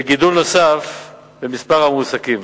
וגידול נוסף במספר המועסקים.